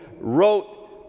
wrote